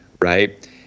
right